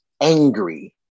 angry